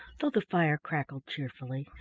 though the fire crackled cheerfully,